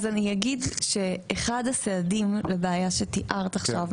אחד הסעדים לבעיה שתיארת עכשיו,